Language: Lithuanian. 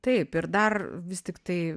taip ir dar vis tiktai